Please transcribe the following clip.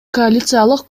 коалициялык